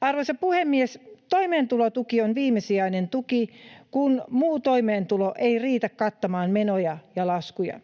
Arvoisa puhemies! Toimeentulotuki on viimesijainen tuki, kun muu toimeentulo ei riitä kattamaan menoja ja laskuja.